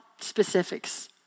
specifics